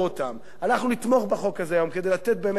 אנחנו נתמוך בחוק הזה היום כדי לתת באמת אוויר לנשימה.